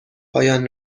پایان